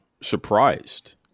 surprised